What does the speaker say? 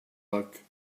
like